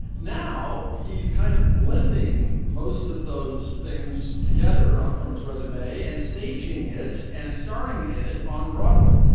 now he is kind of blending most of those things together um from his resume and staging it and starring in it on broadway.